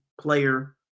player